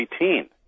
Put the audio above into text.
18